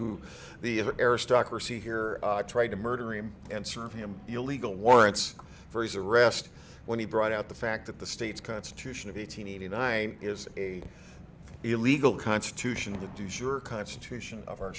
who the aristocracy here tried to murder him and serve him illegal warrants for his arrest when he brought out the fact that the state's constitution of eight hundred eighty nine is a illegal constitution to do sure constitution of our